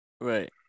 Right